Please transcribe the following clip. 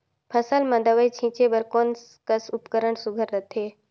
फसल म दव ई छीचे बर कोन कस उपकरण सुघ्घर रथे?